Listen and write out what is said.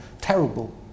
terrible